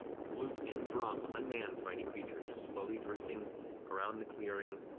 flute and drum, unmanned by any creature just slowly drifting around the clearing,